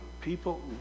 people